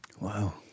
wow